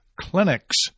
clinics